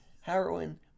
heroin